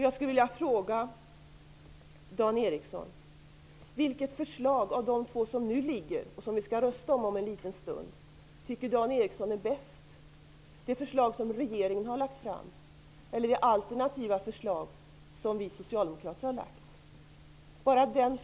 Jag skulle vilja fråga Dan Ericsson vilket förslag av de två som nu ligger, och som vi skall rösta om litet senare, som Dan Ericsson tycker är bäst. Är det regeringens förslag eller det alternativa förslag som vi socialdemokrater har lagt fram?